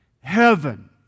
heaven